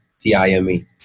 T-I-M-E